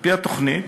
לפי התוכנית,